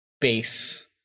base